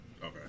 Okay